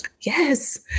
Yes